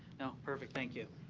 now perfect. thank you.